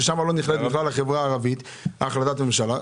שם בכלל לא נכללת החברה הערבית בהחלטת ממשלה.